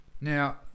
Now